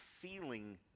feeling